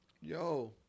Yo